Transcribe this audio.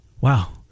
Wow